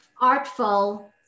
artful